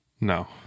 No